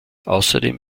außerdem